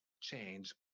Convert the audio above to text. change